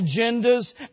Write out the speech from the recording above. agendas